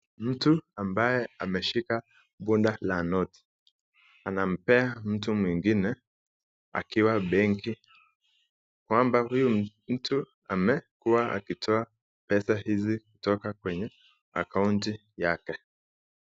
Mtu ambaye ameshika bunda la noti, anampea mtu mwingine akiwa benki kwamba huyu mtu amekuwa akitoa pesa hizi kutoka kwenye akaunti yake.